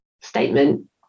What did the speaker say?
statement